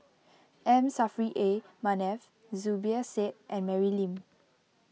M Saffri A Manaf Zubir Said and Mary Lim